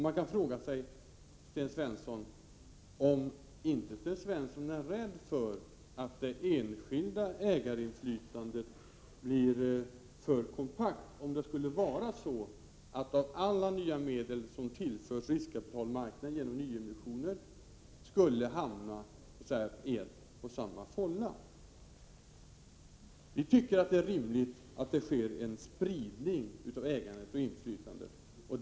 Man kan fråga sig om inte Sten Svensson är rädd för att det enskilda ägarinflytandet blir för kompakt om alla nya medel som tillförs riskkapitalmarknaden genom nyemissioner skulle, så att säga, hamna i en och samma fålla. Vi tycker att det rimligt att det sker en spridning av ägandet och inflytandet.